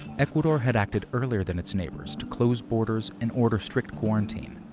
ecuador had acted earlier than its neighbors to close borders and order strict quarantine.